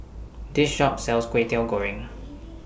This Shop sells Kway Teow Goreng